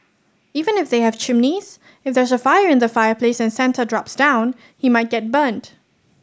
even if they have chimneys if there's a fire in the fireplace and Santa drops down he might get burnt